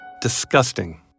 disgusting